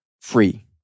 free